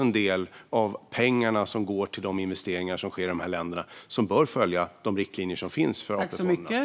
En del av pengarna går till investeringar som sker i dessa länder, och de bör följa de riktlinjer som finns för AP-fonderna.